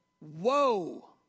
Whoa